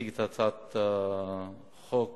הצעת חוק